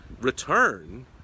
return